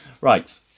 Right